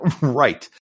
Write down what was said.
Right